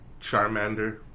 Charmander